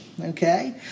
okay